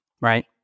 right